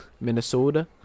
Minnesota